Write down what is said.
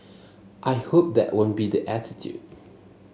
I hope that won't be the attitude